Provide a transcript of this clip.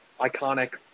iconic